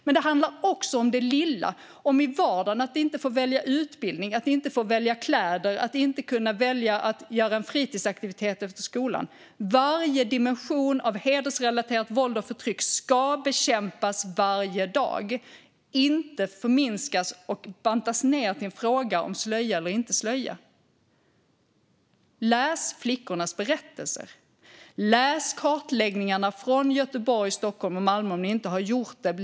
Men det handlar också om det lilla i vardagen, om att inte få välja utbildning, inte få välja kläder, inte kunna välja att göra en fritidsaktivitet efter skolan. Varje dimension av hedersrelaterat våld och förtryck ska bekämpas varje dag. Det ska inte förminskas och bantas ned till en fråga om slöja eller inte slöja. Läs flickornas berättelser! Läs kartläggningarna från Göteborg, Stockholm och Malmö om ni inte har gjort det!